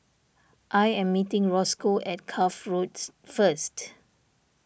I am meeting Rosco at Cuff Roads first